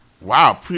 Wow